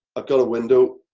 i've got a window,